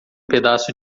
pedaço